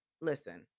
Listen